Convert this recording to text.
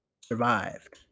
survived